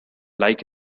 like